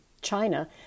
China